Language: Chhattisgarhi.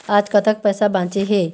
आज कतक पैसा बांचे हे?